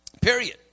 Period